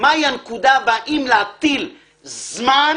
מהי הנקודה והאם להטיל זמן